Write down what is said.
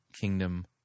kingdom